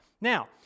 Now